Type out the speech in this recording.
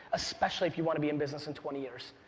especially if you wanna be in business in twenty years.